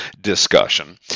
discussion